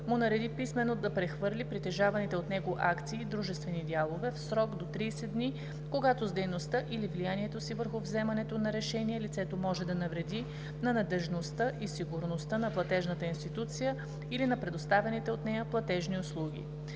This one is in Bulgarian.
му нареди писмено да прехвърли притежаваните от него акции/дружествени дялове в срок до 30 дни, когато с дейността или влиянието си върху вземането на решения лицето може да навреди на надеждността или сигурността на платежната институция или на предоставяните от нея платежни услуги.“